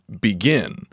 begin